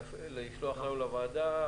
לשלוח אלינו לוועדה,